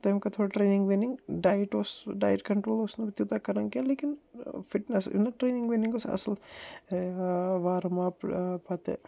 تہٕ تٔمۍ کٔر تھوڑا ٹریٚنٛگ ویٚنٛگ ڈایِت اوسُس بہٕ ڈایٹ کنٛٹرول اوسُس نہٕ بہٕ تیوٗتاہ کَران کیٚنٛہہ لیکن فِٹنٮ۪س یہِ نَہ ٹریٚنٛگ ویٚنٛگ ٲس اصٕل وارٕم اپ پتہٕ